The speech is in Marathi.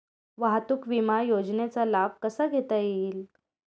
वाहतूक विमा योजनेचा लाभ कसा घेता येईल?